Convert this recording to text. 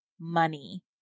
money